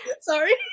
Sorry